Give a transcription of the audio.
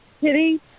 kitty